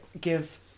give